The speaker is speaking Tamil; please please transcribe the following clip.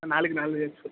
நாலுக்கு நாலு